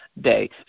day